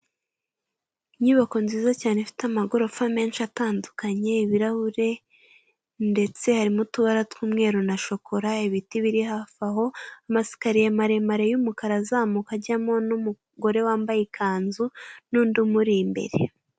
Inyubako nziza cyane ifite amagorofa menshi atandukanye, ibirahure ndetse harimo utubara tw'umweru na shokora, ibiti biri hafi aho. Amasikariye maremare y'umukara azamuka ajyamo, n'umugore wambaye ikanzu ndetse n'undi umuri imbere.